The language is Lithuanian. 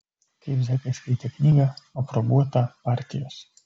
kaip zekai skaitė knygą aprobuotą partijos